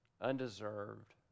undeserved